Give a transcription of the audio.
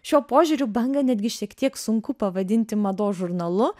šiuo požiūriu bangą netgi šiek tiek sunku pavadinti mados žurnalu